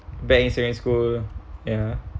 back in secondary school ya